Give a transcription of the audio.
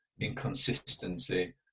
inconsistency